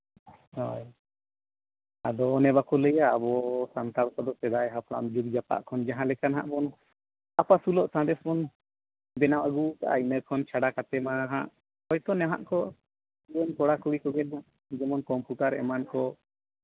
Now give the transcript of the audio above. ᱦᱳᱭ ᱟᱫᱚ ᱚᱱᱮ ᱵᱟᱠᱚ ᱞᱟᱹᱭᱟ ᱟᱵᱚ ᱥᱟᱱᱛᱟᱲ ᱠᱚᱫᱚ ᱥᱮᱫᱟᱭ ᱦᱟᱯᱲᱟᱢ ᱡᱩᱜᱫᱽ ᱡᱟᱯᱟᱜ ᱠᱷᱚᱱ ᱡᱟᱦᱟᱸ ᱞᱮᱠᱟ ᱱᱟᱜ ᱵᱚᱱ ᱟᱯᱟᱥᱩᱞᱩᱜ ᱥᱟᱸᱫᱮᱥ ᱵᱚᱱ ᱵᱮᱱᱟᱣ ᱟᱹᱜᱩᱣᱟᱠᱟᱜᱼᱟ ᱤᱱᱟᱹ ᱠᱷᱚᱱ ᱪᱷᱟᱰᱟ ᱠᱟᱛᱮᱫ ᱢᱟ ᱦᱟᱸᱜ ᱦᱳᱭᱛᱳ ᱱᱟᱦᱟᱜ ᱠᱚ ᱨᱮᱱ ᱠᱚᱲᱟ ᱠᱩᱲᱤ ᱠᱚᱜᱮ ᱫᱚ ᱡᱮᱢᱚᱱ ᱠᱚᱢᱯᱩᱴᱟᱨ ᱮᱢᱟᱱ ᱠᱚ